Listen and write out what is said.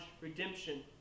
redemption